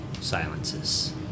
silences